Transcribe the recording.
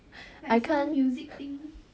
I can't